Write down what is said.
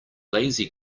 lazy